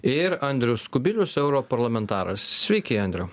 ir andrius kubilius europarlamentaras sveiki andriau